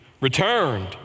returned